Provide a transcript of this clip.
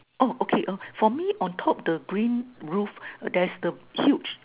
oh okay uh for me on top the green roof there the huge